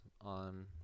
on